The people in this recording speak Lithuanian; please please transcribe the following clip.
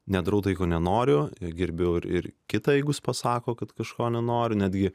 nedarau tai ko nenoriu gerbiu ir ir kitą jeigu pasako kad kažko nenori netgi